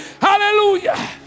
Hallelujah